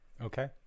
Okay